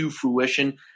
fruition